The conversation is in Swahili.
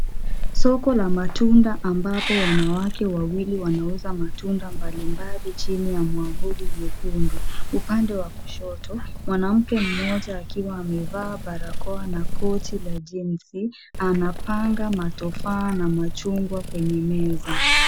Soko la matunda ambapo wanawake wawili wanauza matunda mbalimbali chini ya mwavuli mwekundu. Upande wa kushoto mwanamke mmoja akiwa amevaa barakoa na koti la jeans anapanga matofaa na machungwa kwenye meza.